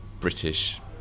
British